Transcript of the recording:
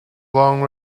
long